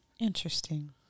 Interesting